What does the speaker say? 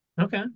Okay